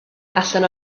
allan